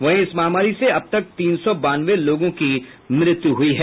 वहीं इस महामारी से अब तक तीन सौ बानवे लोगों की मृत्यु हुई है